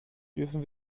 dürfen